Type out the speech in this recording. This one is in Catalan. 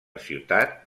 ciutat